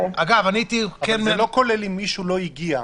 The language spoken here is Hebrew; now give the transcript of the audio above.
זה לא כולל אם מישהו לא הגיע.